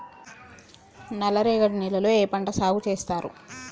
నల్లరేగడి నేలల్లో ఏ పంట సాగు చేస్తారు?